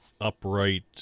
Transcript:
upright